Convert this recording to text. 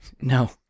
No